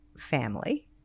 family